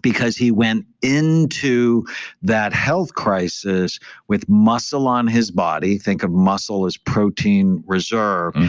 because he went into that health crisis with muscle on his body. think of muscle as protein reserve.